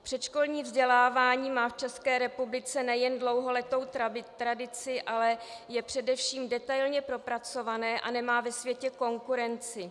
Předškolní vzdělávání má v České republice nejen dlouholetou tradici, ale je především detailně propracované a nemá ve světě konkurenci.